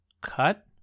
cut